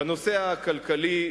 בנושא הכלכלי,